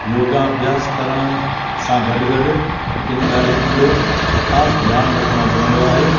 योगा अभ्यास करण सां गॾु गॾु किन ॻाल्हिनि जो ख़ासि ध्यानु रखिणो पवंदो आहे